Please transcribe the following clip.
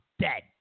dead